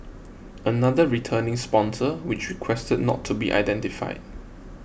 another returning sponsor which requested not to be identified